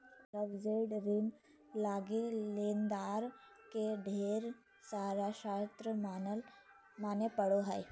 leveraged ऋण लगी लेनदार के ढेर सारा शर्त माने पड़ो हय